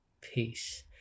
Peace